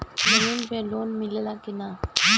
जमीन पे लोन मिले ला की ना?